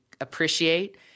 appreciate